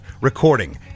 recording